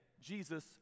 Jesus